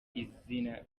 izina